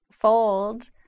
fold